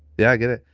yeah i get it.